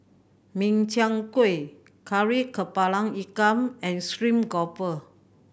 Min Chiang Kueh Kari Kepala Ikan and stream grouper